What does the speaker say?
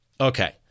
Okay